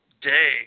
day